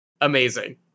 Amazing